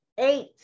eight